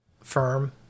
firm